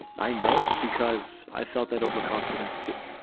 i know, because i felt that overconfidence to